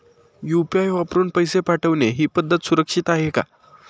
UPI वापरून पैसे पाठवणे ही पद्धत सुरक्षित आहे का?